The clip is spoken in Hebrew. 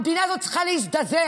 המדינה הזאת צריכה להזדעזע.